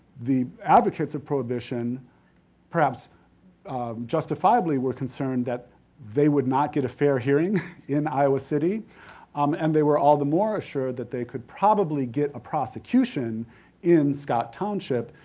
the advocates of prohibition perhaps justifiably, were concerned that they would not get a fair hearing in iowa city um and they were all the more assured that they could probably get a prosecution in scott township,